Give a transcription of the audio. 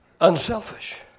Unselfish